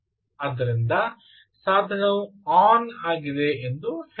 ಆದ್ದರಿಂದ ಸಾಧನವು ಆನ್ ಆಗಿದೆ ಎಂದು ನೀವು ಹೇಳಬಹುದು